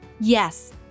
Yes